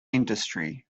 industry